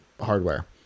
hardware